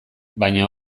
baina